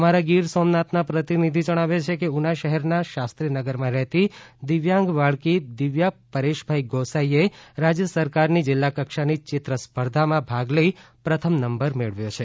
અમારા ગીરસોમનાથના પ્રતિનિધિ જણાવે છે કે ઉના શહેરના શાસ્ત્રીનગરમાં રહેતી અને દિવ્યાંગ બાળકી દિવ્યા પરેશભાઈ ગોસાઈએ રાજ્ય સરકારની જિલ્લા કક્ષાની ચિત્ર સ્પર્ધામાં ભાગ લઈ પ્રથમ નંબર મેળવ્યો છે